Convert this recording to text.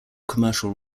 commercial